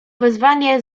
wezwanie